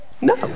No